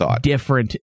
different